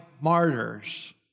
martyrs